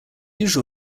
usual